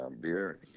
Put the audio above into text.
beer